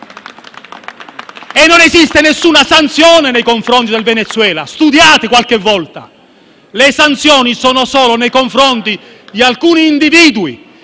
Non esiste nessuna sanzione nei confronti del Venezuela: studiate qualche volta! Le sanzioni sono solo nei confronti di alcuni individui